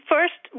First